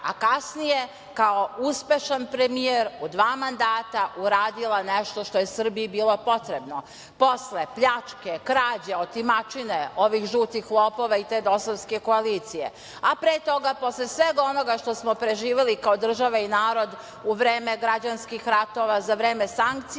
a kasnije kao uspešan premijer u dva mandata uradila nešto što je Srbiji bilo potrebno. Posle pljačke, krađe, otimačine ovih žutih lopova i te dosovske koalicije, a pre toga, posle svega onoga što smo preživeli kao država i narod u vreme građanskih ratova za vreme sankcija,